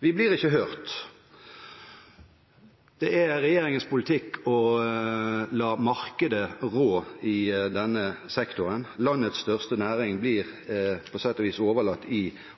Vi blir ikke hørt. Det er regjeringens politikk å la markedet rå i denne sektoren. Landets største næring blir på sett og vis overlatt i